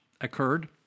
occurred